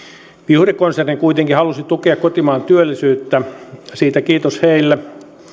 wihuri konserni kuitenkin halusi tukea kotimaan työllisyyttä siitä kiitos heille